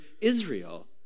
Israel